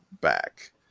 back